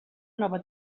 nova